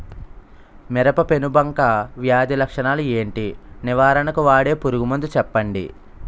మిరప పెనుబంక వ్యాధి లక్షణాలు ఏంటి? నివారణకు వాడే పురుగు మందు చెప్పండీ?